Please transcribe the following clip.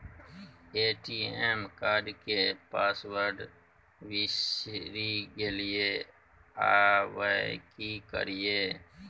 ATM card के password बिसरि गेलियै आबय की करियै?